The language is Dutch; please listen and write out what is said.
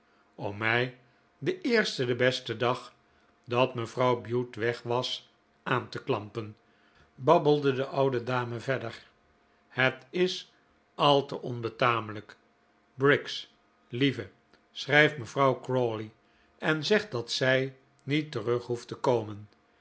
om mij den eersten den besten dag dat mevrouw bute weg was aan te klampen babbelde de oude dame verder het is al te onbetamelijk briggs lieve schrijf mevrouw crawley en zeg dat zij niet terug hoeft te komen